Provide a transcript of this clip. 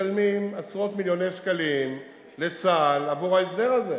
משלמים עשרות מיליוני שקלים לצה"ל עבור ההסדר הזה,